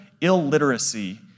illiteracy